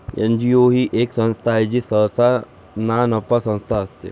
NGO ही एक संस्था आहे जी सहसा नानफा संस्था असते